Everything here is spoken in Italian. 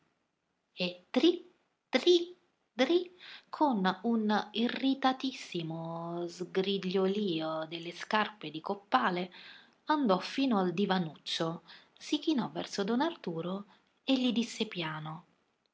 e dri dri dri con un irritatissimo sgrigliolio delle scarpe di coppale andò fino al divanuccio si chinò verso don arturo e gli disse piano